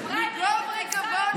מגוב ריקבון ועפר.